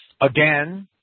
Again